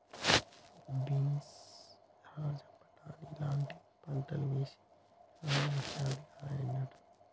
beans rajma బాటని లాంటి పంటలు వేశి రాము లక్షాధికారి అయ్యిండట